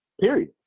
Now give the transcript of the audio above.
period